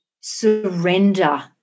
surrender